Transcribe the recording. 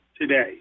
today